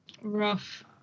Rough